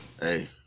hey